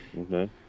Okay